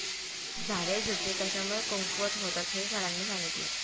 झाडेझुडपे कशामुळे कमकुवत होतात हे सरांनी सांगितले